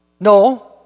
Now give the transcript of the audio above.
No